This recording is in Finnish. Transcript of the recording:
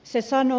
se sanoo